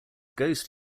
ghost